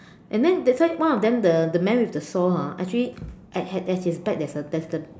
and then they say one of them the the man with the saw hor actually at at at his back there is a